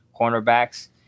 cornerbacks –